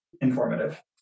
informative